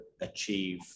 achieve